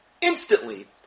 instantly